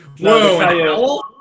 Whoa